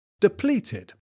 depleted